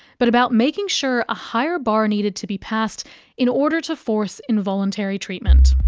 but about making sure a higher bar needed to be passed in order to force involuntary treatment.